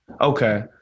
Okay